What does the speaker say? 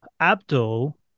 Abdul